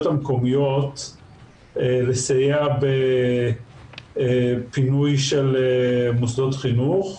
המקומיות לסייע בפינוי של מוסדות חינוך.